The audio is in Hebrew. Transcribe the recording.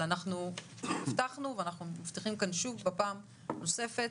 אבל אנחנו הבטחנו ואנחנו מבטיחים כאן שוב פעם נוספת,